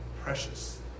precious